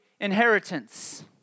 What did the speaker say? inheritance